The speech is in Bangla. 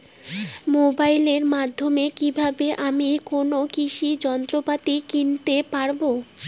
মোবাইলের মাধ্যমে কীভাবে আমি কোনো কৃষি যন্ত্রপাতি কিনতে পারবো?